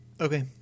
Okay